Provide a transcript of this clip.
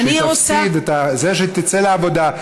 שתפסיד, שתצא לעבודה.